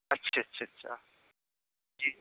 اچھا اچھا اچھا جی